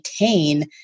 maintain